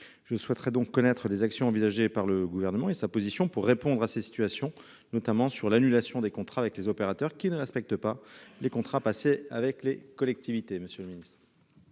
Je souhaiterais donc connaître les actions envisagées par le gouvernement et sa position pour répondre à ces situations, notamment sur l'annulation des contrats avec les opérateurs qui ne respectent pas les contrats passés avec les collectivités.